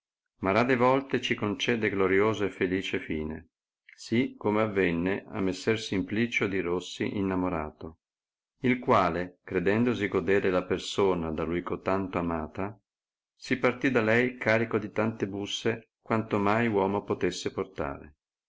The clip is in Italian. ma rade volte ci concede glorioso e felice fine sì come avenne a messer simplicio di rossi innamorato il quale credendosi godere la persona da lui cotanto amata si partì da lei carico di tante busse quante mai uomo potesse portare